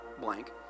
blank